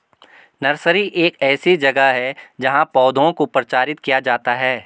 nursery एक ऐसी जगह है जहां पौधों को प्रचारित किया जाता है